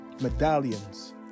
medallions